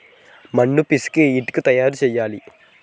మన్ను పిసికి ఇటుక తయారు చేయాలి